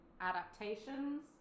adaptations